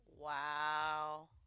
Wow